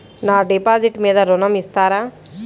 నా డిపాజిట్ మీద ఋణం ఇస్తారా?